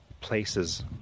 places